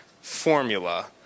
formula